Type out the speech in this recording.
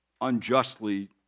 unjustly